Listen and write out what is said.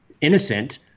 innocent